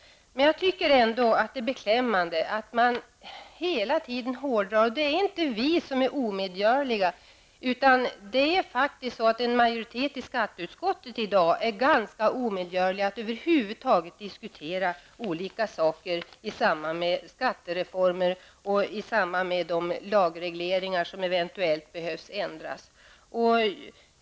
Men jag tycker ändå att det är beklämmande att man hela tiden hårdrar det. Och det är inte vi som är omedgörliga, utan det är faktiskt en majoritet i skatteutskottet som är ganska omedgörlig när det gäller att över huvud taget diskutera olika saker i samband med skattereformer och de lagregleringar som eventuellt behöver ändras.